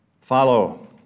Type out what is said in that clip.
Follow